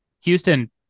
Houston